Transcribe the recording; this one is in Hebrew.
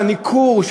על הניכור,